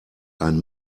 ein